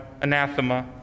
anathema